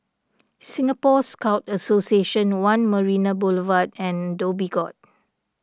Singapore Scout Association one Marina Boulevard and Dhoby Ghaut